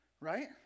right